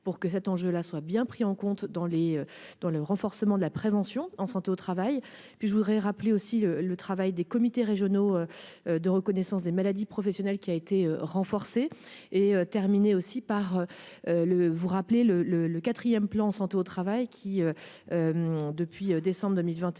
pour que cet enjeu-là soient bien pris en compte dans les dans le renforcement de la prévention en santé au travail et puis je voudrais rappeler aussi le travail des comités régionaux de reconnaissance des maladies professionnelles qui a été renforcée est terminée aussi par le vous rappeler le le le 4ème plan santé au travail, qui depuis décembre 2021